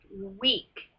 week